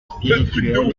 spirituel